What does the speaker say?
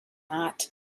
not